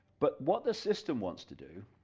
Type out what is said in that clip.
but what the system wants to do,